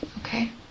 Okay